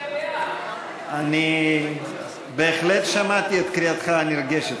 אני בהחלט שמעתי את קריאתך הנרגשת,